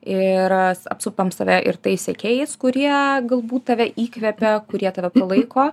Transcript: ir apsupam save ir tai sekėjais kurie galbūt tave įkvepia kurie tave prilaiko